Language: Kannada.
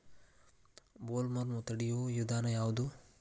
ಬೊಲ್ವರ್ಮ್ ತಡಿಯು ವಿಧಾನ ಯಾವ್ದು?